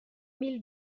mille